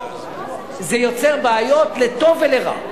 שיוצר בעיות לטוב ולרע.